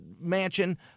mansion